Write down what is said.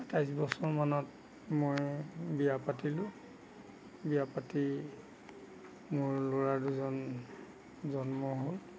আঠাইছ বছৰমানত মই বিয়া পাতিলোঁ বিয়া পাতি মোৰ ল'ৰা দুজন জন্ম হ'ল